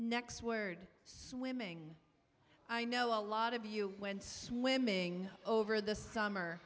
next word swimming i know a lot of you went swimming over the summer